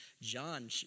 John